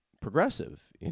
progressive